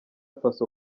faso